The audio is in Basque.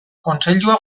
kontseilua